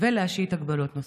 ולהשית הגבלות נוספות.